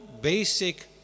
basic